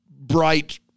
bright